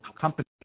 company